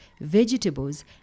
vegetables